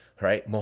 Right